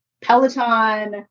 Peloton